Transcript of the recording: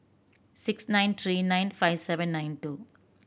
six nine three nine five seven nine two